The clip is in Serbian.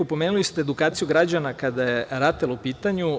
Pomenuli ste edukaciju građana kada je RATEL u pitanju.